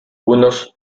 unos